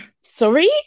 sorry